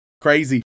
Crazy